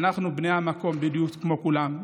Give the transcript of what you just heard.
אנחנו בני המקום בדיוק כמו כולם,